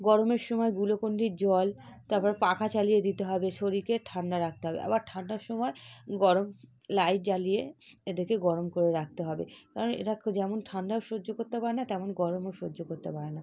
গরমের সময় গ্লুকন ডির জল তারপর পাখা চালিয়ে দিতে হবে শরীরকে ঠাণ্ডা রাখতে হবে আবার ঠাণ্ডার সময় গরম লাইট জ্বালিয়ে এদেরকে গরম করে রাখতে হবে কারণ এরা যেমন ঠাণ্ডাও সহ্য করতে পারে না তেমন গরমও সহ্য করতে পারে না